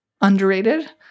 underrated